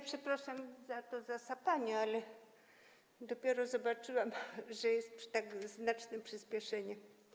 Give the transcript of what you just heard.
Przepraszam za to zasapanie, ale dopiero zobaczyłam, że jest tak znaczne przyspieszenie.